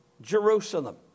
Jerusalem